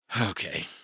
Okay